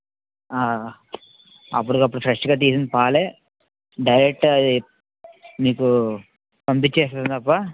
అప్పుడుకప్పుడు ఫ్రెష్గా తీసిన పాలు డైరెక్ట్గా అది మీకు పంపిస్తాం తప్ప